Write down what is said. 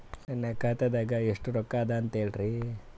ನನ್ನ ಖಾತಾದಾಗ ಎಷ್ಟ ರೊಕ್ಕ ಅದ ಅಂತ ಹೇಳರಿ?